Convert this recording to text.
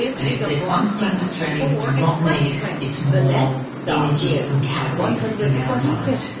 and if there's one thing australians do not need, it's more energy and calories in our diet.